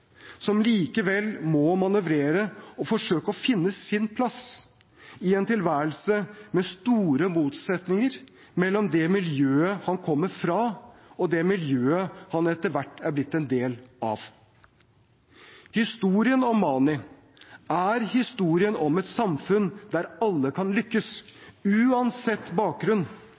som likevel må manøvrere og forsøke å finne sin plass i en tilværelse med store motsetninger mellom det miljøet han kommer fra, og det miljøet han etter hvert er blitt en del av. Historien om Mani er historien om et samfunn der alle kan lykkes, uansett bakgrunn,